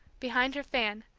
behind her fan,